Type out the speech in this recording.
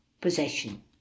possession